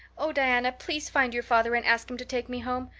oh, diana, please find your father and ask him to take me home.